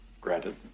Granted